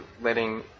letting